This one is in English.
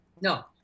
No